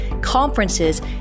conferences